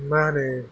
माहोनो